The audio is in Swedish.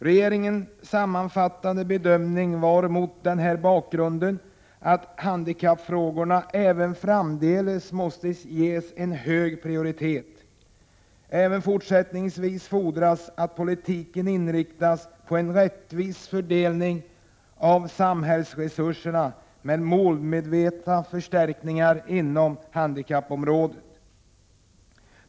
Regeringens sammanfattande bedömning var mot den här bakgrunden att handikappfrågorna även framdeles måste ges en hög prioritet. Även fortsättningsvis fordras att politiken inriktas på en rättvis fördelning av samhällsresurserna, med målmedvetna förstärkningar inom handikappområdet.